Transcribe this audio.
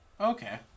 Okay